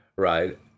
Right